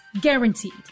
guaranteed